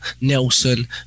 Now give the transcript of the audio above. Nelson